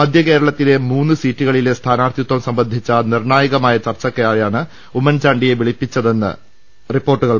മധ്യകേരളത്തിലെ മൂന്ന് സീറ്റുക ളിലെ സ്ഥാനാർത്ഥിത്വം സംബന്ധിച്ച നിർണ്ണായകമായ ചർച്ചയ്ക്കാണ് ഉമ്മൻചാണ്ടിയെ വിളിപ്പിച്ചതെന്നാണ് റിപ്പോർട്ട്